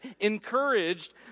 encouraged